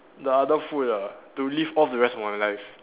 the other food ah to live off the rest of my life